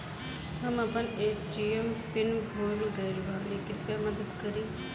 हम अपन ATM PIN भूल गएल बानी, कृपया मदद करीं